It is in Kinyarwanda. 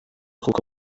kuko